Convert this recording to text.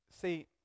See